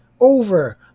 Over